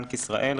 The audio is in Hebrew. בנק ישראל,